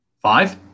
Five